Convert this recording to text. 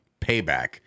payback